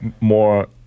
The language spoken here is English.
more